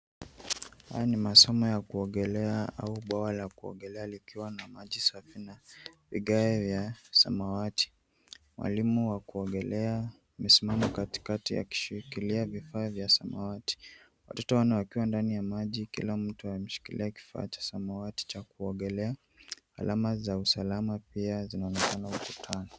Haya ni masomo ya kuogelea au bwawa la kuogoelea likiwa na maji safi na vigae vya samawati. Mwalimu wa kuogelea amesimama katikati akishikilia vifaa vya samawati. Watoto wanne wakiwa ndani ya maji kila mtu ameshikilia kifaa cha samawati cha kuogelea. Alama za usalama pia zinaonekana ukutani.